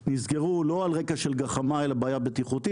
נסגרו לא על רקע של גחמה אלא בעיה בטיחותית.